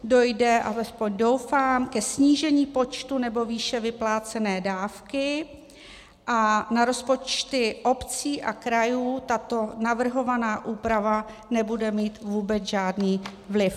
Dojde, alespoň doufám, ke snížení počtu nebo výše vyplácené dávky a na rozpočty obcí a krajů tato navrhovaná úprava nebude mít vůbec žádný vliv.